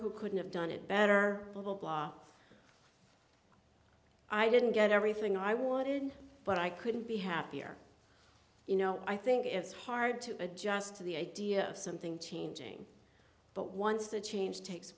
who couldn't have done it better our law i didn't get everything i wanted but i couldn't be happier you know i think it's hard to adjust to the idea of something changing but once the change takes